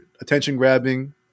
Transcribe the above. attention-grabbing